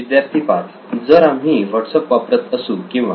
विद्यार्थी 5 जर आम्ही व्हाट्सअप वापरत असू किंवा